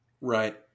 Right